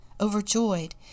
Overjoyed